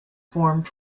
formed